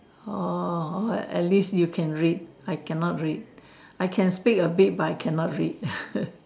oh oh oh at least you can read I cannot read I can speak a bit but I cannot read